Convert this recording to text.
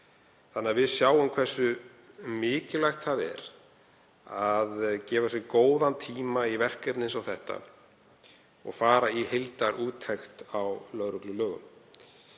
rannsóknar. Við sjáum því hversu mikilvægt það er að gefa sér góðan tíma í verkefni eins og þetta og fara í heildarúttekt á lögreglulögum.